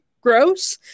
gross